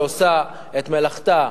שעושה את מלאכתה,